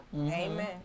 amen